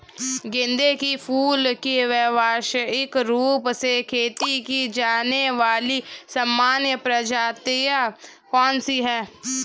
गेंदे के फूल की व्यवसायिक रूप से खेती की जाने वाली सामान्य प्रजातियां कौन सी है?